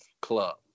club